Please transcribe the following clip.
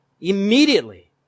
Immediately